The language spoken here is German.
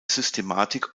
systematik